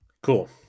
Cool